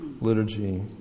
liturgy